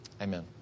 Amen